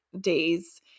days